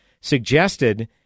suggested